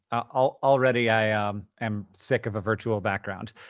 ah already i ah um am sick of a virtual background.